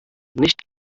nicht